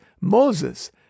Moses